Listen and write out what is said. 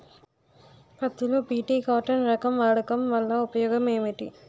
పత్తి లో BT cotton రకం వాడకం వల్ల ఉపయోగం ఏమిటి?